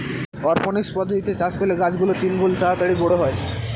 অরপনিক্স পদ্ধতিতে চাষ করলে গাছ গুলো তিনগুন তাড়াতাড়ি বড়ো হয়